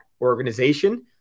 organization